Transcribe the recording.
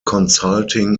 consulting